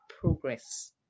progress